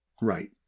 Right